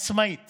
עצמאית